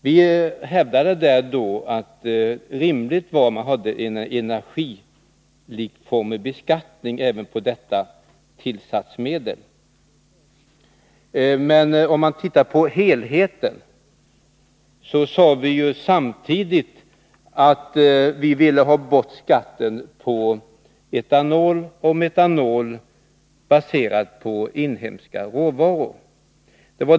Vi hävdade då att det var rimligt att ha en energilikformig beskattning även på detta tillsatsmedel. Men om man tittar på helheten fann man att vi samtidigt sade att vi ville ha bort skatten på etanol och metanol när de var baserade på inhemska råvaror.